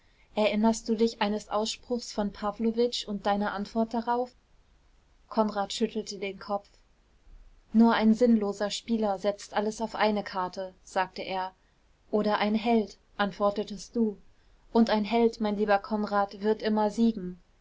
erinnerst du dich eines ausspruchs von pawlowitsch und deiner antwort darauf konrad schüttelte den kopf nur ein sinnloser spieler setzt alles auf eine karte sagte er oder ein held antwortetest du und ein held mein lieber konrad wird immer siegen